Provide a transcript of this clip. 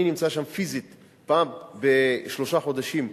אני נמצא שם פיזית פעם בשלושה חודשים,